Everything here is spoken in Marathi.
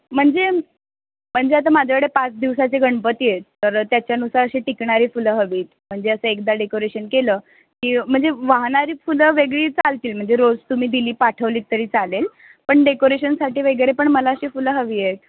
म्हणजे म्हणजे आता माझ्याकडे पाच दिवसाचे गणपती आहेत तर त्याच्यानुसार अशी टिकणारी फुलं हवी आहेत म्हणजे असं एकदा डेकोरेशन केलं की म्हणजे वाहणारी फुलं वेगळी चालतील म्हणजे रोज तुम्ही दिली पाठवलीत तरी चालेल पण डेकोरेशनसाठी वगैरे पण मला अशी फुलं हवी आहेत